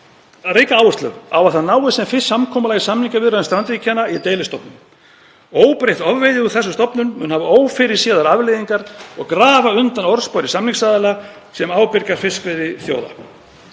ríka áherslu á að það náist sem fyrst samkomulag í samningaviðræðum strandríkjanna í deilistofnum. Óbreytt ofveiði úr þessum stofnum mun hafa ófyrirséðar afleiðingar og grafa undan orðspori samningsaðila sem ábyrgra fiskveiðiþjóða.